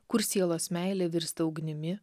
kur sielos meilė virsta ugnimi